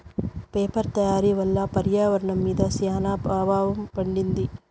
paper తయారీ వల్ల పర్యావరణం మీద శ్యాన ప్రభావం పడింది